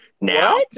now